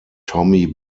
tommy